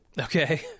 Okay